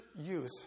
youth